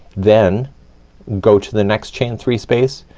then go to the next chain three space,